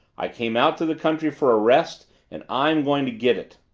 i came out to the country for a rest and i'm going to get it.